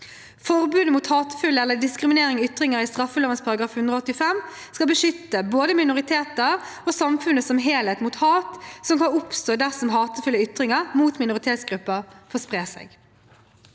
Forbudet mot hatefulle eller diskriminerende ytringer i straffeloven § 185 skal beskytte minoriteter i samfunnet som helhet mot hat som kan oppstå dersom hatefulle ytringer mot minoritetsgrupper får spre seg.